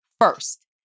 first